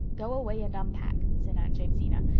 go away and unpack, said aunt jamesina,